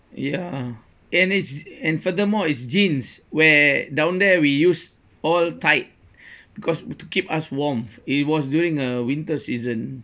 ya and it's and furthermore it's jeans where down there we use all tight because to keep us warmth it was during a winter season